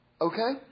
Okay